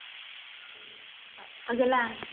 आ अगला